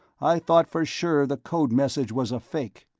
i thought for sure the code message was a fake.